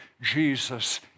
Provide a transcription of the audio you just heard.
Jesus